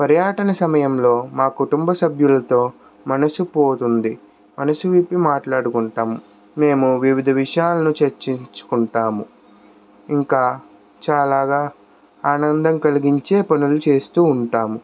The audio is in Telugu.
పర్యాటన సమయంలో మా కుటుంబ సభ్యుల్తో మనసుపోతుంది మనసు విప్పి మాట్లాడుకుంటాం మేము వివిధ విషయాలను చర్చించుకుంటాము ఇంకా చాలాగా ఆనందం కలిగించే పనులు చేస్తూ ఉంటాము